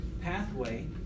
pathway